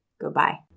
goodbye